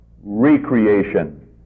recreation